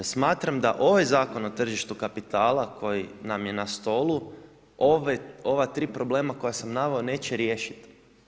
Smatram da ovaj Zakon o tržištu kapitala koji nam je na stolu ova 3 problema koja sam naveo neće riješiti.